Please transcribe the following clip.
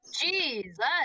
Jesus